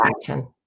action